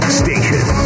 station